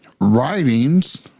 writings